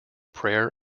prayer